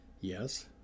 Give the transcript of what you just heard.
Yes